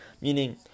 Meaning